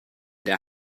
der